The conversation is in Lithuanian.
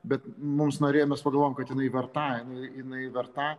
bet mums norėjom mes pagalvojom kad jinai verta jinai jinai verta